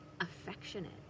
affectionate